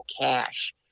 cash